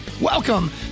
Welcome